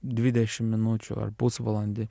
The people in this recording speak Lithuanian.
dvidešim minučių ar pusvalandį